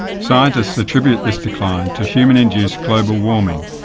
scientists attribute this decline to human-induced global warming,